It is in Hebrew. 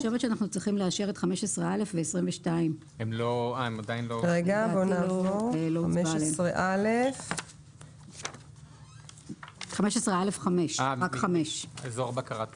אני חושבת שאנחנו צריכים לאשר את 15(א)(5) ואת 22. אזור בקרת פליטה.